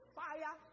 fire